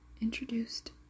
Introduced